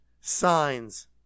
signs